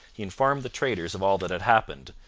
he informed the traders of all that had happened,